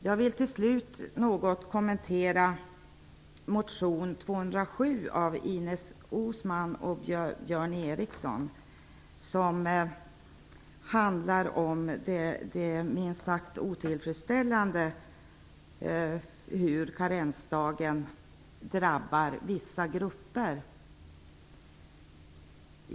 Jag vill till slut något kommentera motion 207 av Ines Uusmann och Björn Ericson. Den handlar om det minst sagt otillfredsställande i hur karensdagen drabbar vissa grupper.